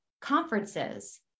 conferences